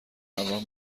همراه